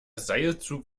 seilzug